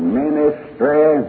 ministry